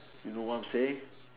you know what I am saying